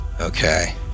Okay